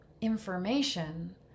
information